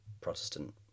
Protestant